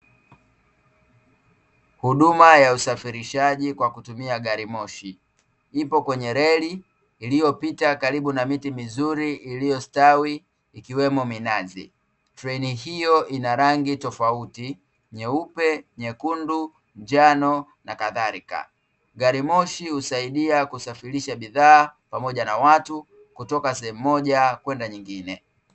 Huduma ya usafirishaji kwa kutumia gari moshi, ipo kwenye reli iliyopita karibu na miti mizuri iliyostawi ikiwemo minazi; treni hiyo ina rangi tofauti nyeupe, nyekundu, njano na kadhalika. Gari moshi husaidia kusafirisha bidhaa pamoja na watu, kutoka sehemu moja kwenda nyingine.